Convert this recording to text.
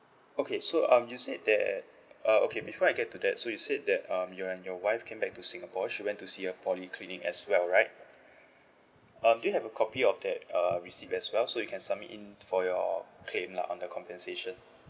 okay so um you said that uh okay before I get to that so you said that um you and your wife came back to singapore she went to see a polyclinic as well right um do you have a copy of that err receipt as well so you can submit in for your claim lah on the compensation